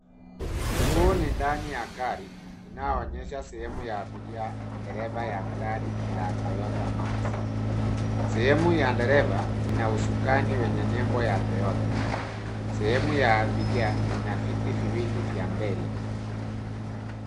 Huu ni ndani ya gari inayoonyesha sehemu ya abiria na dereva ya gari la Toyota Mark X. Sehemu ya dereva ina usukani wenye nembo ya Toyota. Sehemu ya abiria ina viti viwili vya mbele.